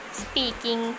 speaking